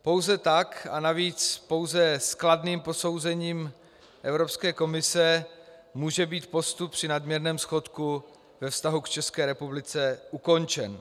Pouze tak, a navíc pouze s kladným posouzením Evropské komise, může být postup při nadměrném schodku ve vztahu k České republice ukončen.